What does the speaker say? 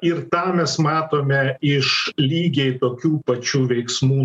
ir tą mes matome iš lygiai tokių pačių veiksmų